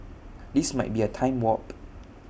this might be A time warp